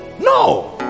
No